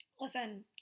Listen